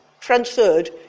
transferred